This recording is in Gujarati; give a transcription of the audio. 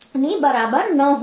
તેથી તે 4 ની બરાબર ન હોઈ શકે